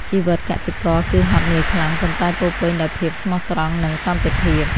ជីវិតកសិករគឺហត់នឿយខ្លាំង ប៉ុន្តែពោរពេញដោយភាពស្មោះត្រង់ និងសន្តិភាព។